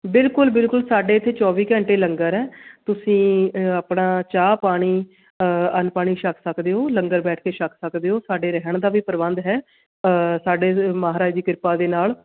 ਬਿਲਕੁਲ ਬਿਲਕੁਲ ਸਾਡੇ ਇੱਥੇ ਚੌਵੀ ਘੰਟੇ ਲੰਗਰ ਹੈ ਤੁਸੀਂ ਆਪਣਾ ਚਾਹ ਪਾਣੀ ਅੰਨ ਪਾਣੀ ਛੱਕ ਸਕਦੇ ਹੋ ਲੰਗਰ ਬੈਠ ਕੇ ਛੱਕ ਸਕਦੇ ਹੋ ਸਾਡੇ ਰਹਿਣ ਦਾ ਵੀ ਪ੍ਰਬੰਧ ਹੈ ਸਾਡੇ ਮਹਾਰਾਜ ਦੀ ਕਿਰਪਾ ਦੇ ਨਾਲ